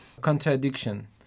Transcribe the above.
contradiction